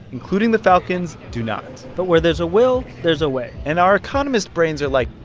including the falcons', do not but where there's a will, there's a way and our economist brains are like,